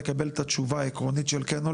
לקבל את התשובה העקרונית של כן,